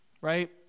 right